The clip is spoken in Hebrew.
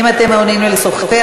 אם אתם מעוניינים לשוחח,